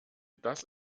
das